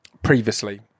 previously